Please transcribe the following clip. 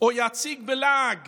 או יציג בלעג